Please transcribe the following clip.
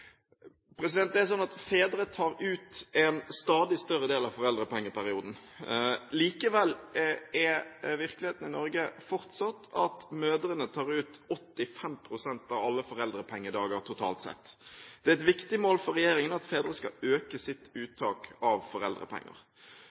Det er sånn at fedre tar ut en stadig større del av foreldrepengeperioden. Likevel er virkeligheten i Norge fortsatt at mødrene tar ut 85 pst. av alle foreldrepengedager totalt sett. Det er et viktig mål for regjeringen at fedre skal øke sitt uttak av foreldrepenger.